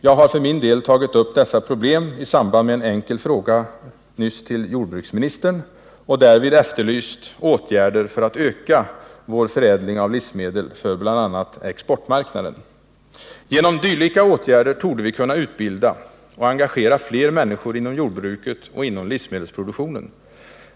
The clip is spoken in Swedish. Jag har för min del nyligen tagit upp dessa problem i samband med en fråga till jordbruksministern, varvid jag efterlyst åtgärder för att öka vår förädling av livsmedel för bl.a. exportmarknaden. Genom dylika åtgärder torde vi kunna utbilda och engagera fler människor inom jordbruket och inom livsmedelsproduktionen.